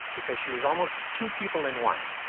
because she was almost two people in one.